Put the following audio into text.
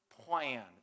plan